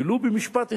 ולו במשפט אחד,